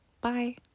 Bye